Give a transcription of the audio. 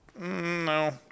No